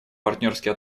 партнерские